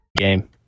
Game